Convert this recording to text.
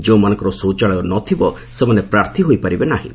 ଯେଉଁମାନଙ୍କର ଶୌଚାଳୟ ନଥିବ ସେମାନେ ପ୍ରାର୍ଥୀ ହୋଇପାରିବେ ନାହିଁ